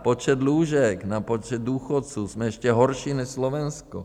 Počet lůžek na počet důchodců, jsme ještě horší než Slovensko.